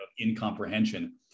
incomprehension